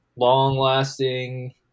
long-lasting